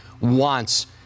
wants